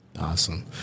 Awesome